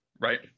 right